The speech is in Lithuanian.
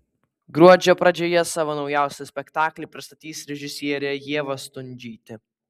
gruodžio pradžioje savo naujausią spektaklį pristatys režisierė ieva stundžytė